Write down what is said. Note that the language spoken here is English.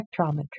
spectrometry